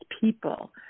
people